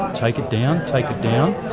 take it down, take it down,